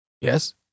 Yes